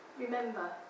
Remember